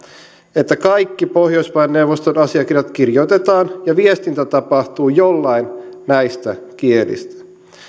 että kaikki pohjoismaiden neuvoston asiakirjat kirjoitetaan ja viestintä tapahtuu jollain näistä kielistä